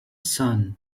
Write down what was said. sun